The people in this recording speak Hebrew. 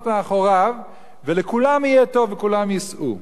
מאחוריו ולכולם יהיה טוב וכולם ייסעו.